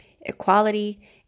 equality